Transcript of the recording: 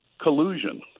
collusion